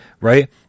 Right